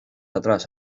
atrás